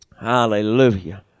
hallelujah